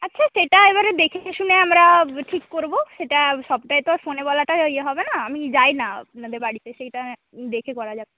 আচ্ছা সেটা এবারে দেখেশুনে আমরা ঠিক করব সেটা সবটাই তো ফোনে বলাটা ইয়ে হবে না আমি যাই না আপনাদের বাড়িতে সেইটা দেখে করা যাবে